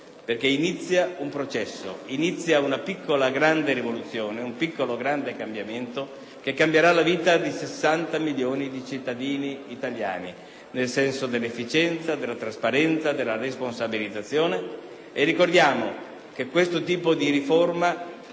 perché inizia un processo, una piccola grande rivoluzione, un piccolo grande cambiamento che modificherà la vita di 60 milioni di cittadini italiani nel senso dell'efficienza, della trasparenza, della responsabilizzazione. Ricordiamo che questa riforma